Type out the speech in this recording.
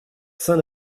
saint